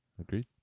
Agreed